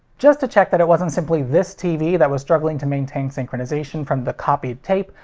just to check that it wasn't simply this tv that was struggling to maintain synchronization from the copied tape,